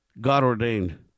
God-ordained